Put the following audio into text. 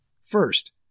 First